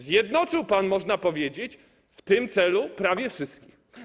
Zjednoczył pan, można powiedzieć, w tym celu prawie wszystkich.